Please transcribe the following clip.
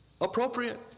appropriate